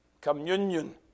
Communion